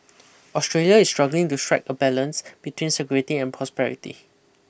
Australia is struggling to strike a balance between security and prosperity